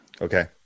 Okay